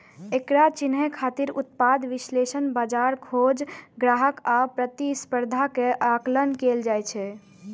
एकरा चिन्है खातिर उत्पाद विश्लेषण, बाजार खोज, ग्राहक आ प्रतिस्पर्धा के आकलन कैल जाइ छै